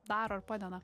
daro ir padeda